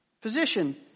Physician